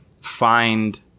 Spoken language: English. find